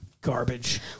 garbage